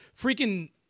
Freaking